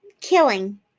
killing